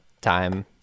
time